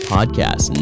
Podcast